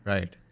Right